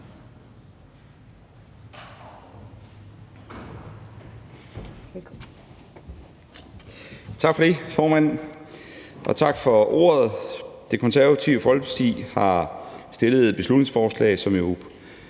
Tak for det, formand, og tak for ordet. Det Konservative Folkeparti har fremsat et beslutningsforslag, som jo